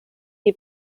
die